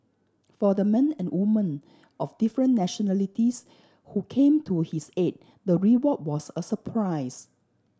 for the men and women of different nationalities who came to his aid the reward was a surprise